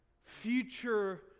Future